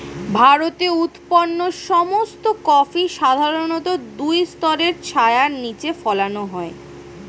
ভারতে উৎপন্ন সমস্ত কফি সাধারণত দুই স্তরের ছায়ার নিচে ফলানো হয়